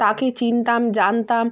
তাকে চিনতাম জানতাম